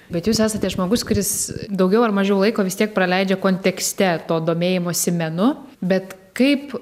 bet jūs esate žmogus kuris daugiau ar mažiau laiko vis tiek praleidžia kontekste to domėjimosi menu bet kaip